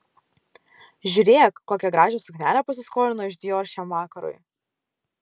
žiūrėk kokią gražią suknelę pasiskolino iš dior šiam vakarui